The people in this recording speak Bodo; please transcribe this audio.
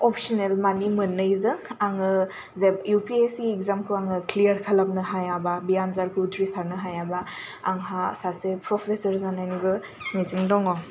अबस'नेल माने मोननैजों आङो जेब इउ फि एस सि एग्जामखौ आङो क्लियार खालामनो हायाबा बे आनजादखौ उथ्रिसारनो हायाबा आंहा सासे प्रफेसर जानायनिबो मिजिं दङ